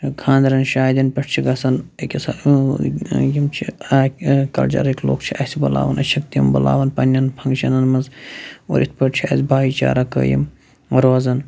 خانٛدرن شادَٮ۪ن پٮ۪ٹھ چھِ گژھان أکِس یِم چھِ کَلچَرٕکۍ لُکھ چھِ اَسہِ بُلاوَان أسۍ چھِکھ تِم بُلاوَان پنٛنٮ۪ن فَنٛگشَنَن منٛز اور اِتھ پٲٹھۍ چھِ اَسہِ بایی چارہ قٲیِم روزان